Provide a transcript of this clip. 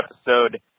episode